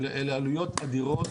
אלה עלויות אדירות